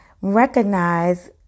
recognize